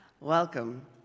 Welcome